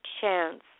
chance